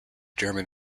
german